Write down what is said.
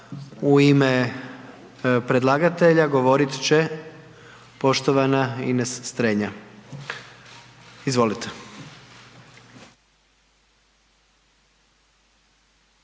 U ime predlagatelja govorit će poštovana Ines Strenja, izvolite.